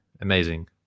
amazing